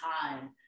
time